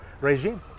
regime